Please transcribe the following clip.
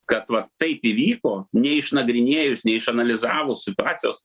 kad va taip įvyko neišnagrinėjus neišanalizavus situacijos